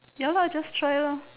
ya lah just try lor